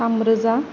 थामरोजा